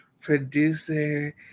producer